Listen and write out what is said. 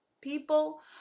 people